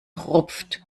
rupft